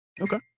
Okay